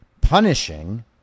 punishing